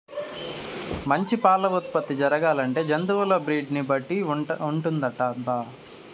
మంచి పాల ఉత్పత్తి జరగాలంటే జంతువుల బ్రీడ్ ని బట్టి ఉంటుందటబ్బా